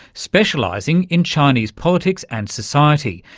specialising in chinese politics and society,